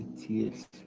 tears